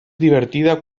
divertida